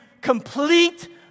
complete